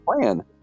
plan